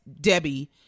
Debbie